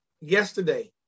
yesterday